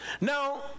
Now